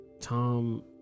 Tom